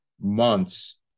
months